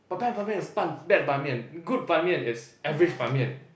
but bad Ban-Mian is ban bad ban main good Ban-Mian is average Ban-Mian